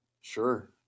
sure